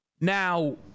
Now